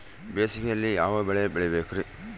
ಬೇಸಿಗೆಯಲ್ಲಿ ಯಾವ ಬೆಳೆ ಬೆಳಿಬೇಕ್ರಿ?